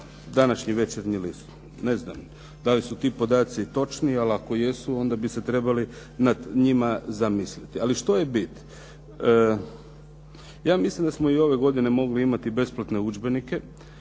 Današnji "Večernji list". Ne znam da li su ti podaci točni, ali ako jesu onda bi se nad njima trebali zamisliti. Ali što je bit. Ja mislim da smo i ove godine mogli imati besplatne udžbenike.